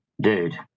dude